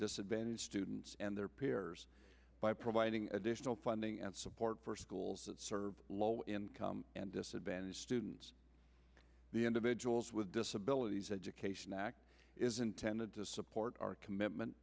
disadvantaged students and their peers by providing additional funding and support for schools that serve low income and disadvantaged students the individuals with disabilities education act is intended to support our commitment